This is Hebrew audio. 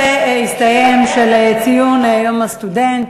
הסתיים הנושא של ציון יום הסטודנט.